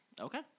Okay